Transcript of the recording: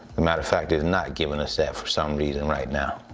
a matter of fact, it's not giving us that for some reason right now.